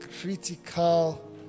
critical